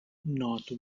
north